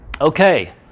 Okay